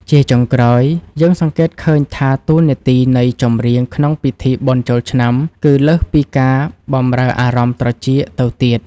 ជាចុងក្រោយ យើងសង្កេតឃើញថា តួនាទីនៃចម្រៀងក្នុងពិធីបុណ្យចូលឆ្នាំ គឺលើសពីការបម្រើអារម្មណ៍ត្រចៀកទៅទៀត។